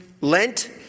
lent